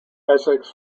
essex